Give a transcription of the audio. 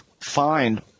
find